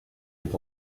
est